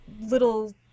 little